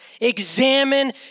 examine